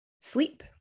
sleep